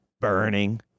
burning